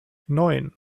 neun